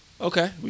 Okay